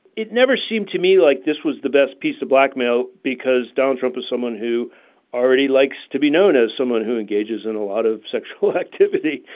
it never seemed to me like this was the best piece of blackmail, because donald trump is someone who already likes to be known as someone who engages in a lot of sexual activity.